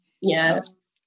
Yes